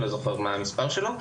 אני לא זוכר מה המספר שלו.